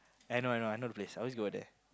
I know I know I know the place I always go there